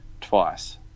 twice